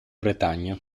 bretagna